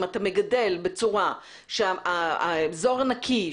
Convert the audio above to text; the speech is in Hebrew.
אם אתה מגדל בצורה שהאזור נקי,